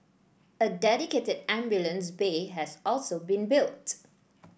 a dedicated ambulance bay has also been built